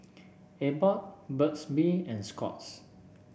Abbott Burt's Bee and Scott's